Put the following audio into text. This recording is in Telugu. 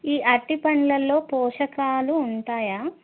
ఈ అరటి పండ్లల్లో పోషకాలు ఉంటాయా